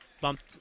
Bumped